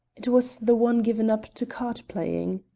it was the one given up to card-playing.